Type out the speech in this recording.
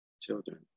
children